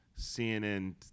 CNN